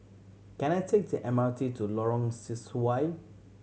can I take the M R T to Lorong Sesuai